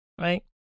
Right